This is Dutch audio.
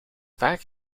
vaak